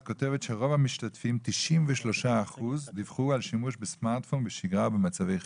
את כותבת ש-93% מהמשתתפים דיווחו על שימוש בסמארטפון בשגרה במצבי חירום.